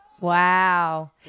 Wow